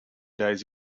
days